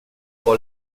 call